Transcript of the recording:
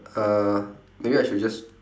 uh maybe I should just